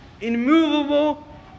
immovable